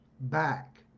back